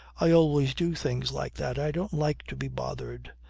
i always do things like that. i don't like to be bothered.